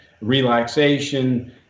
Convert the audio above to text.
relaxation